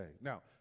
Now